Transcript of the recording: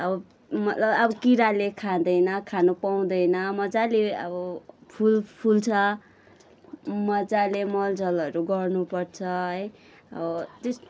अब मतलब किराले खाँदैन खानु पाउँदैन मज्जाले अब फुल फुल्छ मजाले मलजलहरू गर्नु पर्छ है